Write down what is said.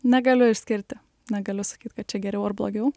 negaliu išskirti negaliu sakyt kad čia geriau ar blogiau